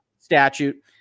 statute